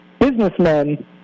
businessmen